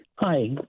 Hi